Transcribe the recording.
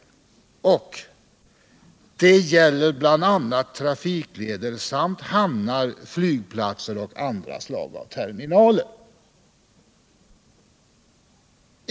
Det gäller bl.a. trafikleder samt hamnar, flygplatser och andra slag av terminaler.